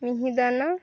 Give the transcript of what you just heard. মিহিদানা